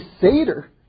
Seder